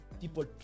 people